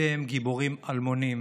אלה הם גיבורים אלמונים.